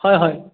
হয় হয়